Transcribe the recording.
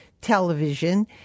television